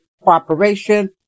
Cooperation